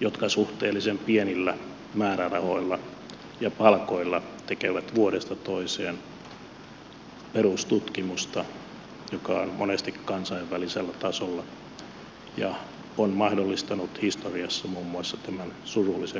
jotka suhteellisen pienillä määrärahoilla ja palkoilla tekevät vuodesta toiseen perustutkimusta joka on monesti kansainvälisellä tasolla ja on mahdollistanut historiassa muun muassa suullisen